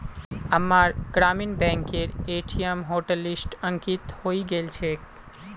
अम्मार ग्रामीण बैंकेर ए.टी.एम हॉटलिस्टत अंकित हइ गेल छेक